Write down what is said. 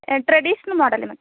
traditional model മതി